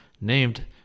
named